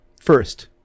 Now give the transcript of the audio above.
first